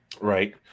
Right